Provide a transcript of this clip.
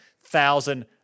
thousand